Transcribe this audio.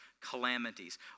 calamities